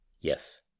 Yes